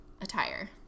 attire